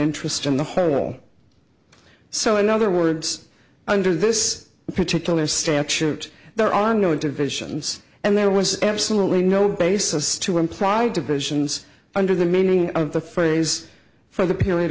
interest in the huddle so in other words under this particular statute there are no divisions and there was absolutely no basis to imply divisions under the meaning of the phrase for the p